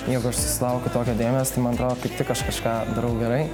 jeigu aš susilaukiu tokio dėmesio tai man atrodo kaip tik aš kažką darau gerai